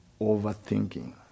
Overthinking